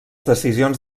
decisions